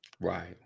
right